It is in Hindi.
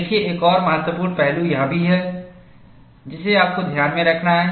देखिए एक और महत्वपूर्ण पहलू यह भी है जिसे आपको ध्यान में रखना है